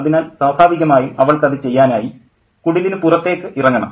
അതിനാൽ സ്വഭാവികമായും അവൾക്ക് അത് ചെയ്യാനായി കുടിലിനു പുറത്തേക്ക് ഇറങ്ങണം